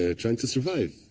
ah trying to survive.